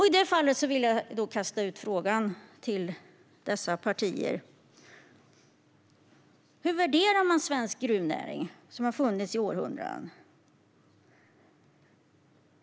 I det fallet vill jag kasta ut denna fråga till dessa partier: Hur värderar ni svensk gruvnäring, som har funnits i århundraden?